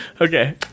Okay